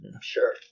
Sure